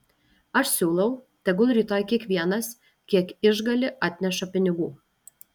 aš siūlau tegul rytoj kiekvienas kiek išgali atneša pinigų